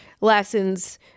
lessons